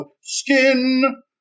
skin